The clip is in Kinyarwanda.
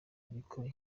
ariko